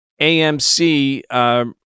AMC